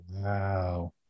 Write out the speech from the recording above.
Wow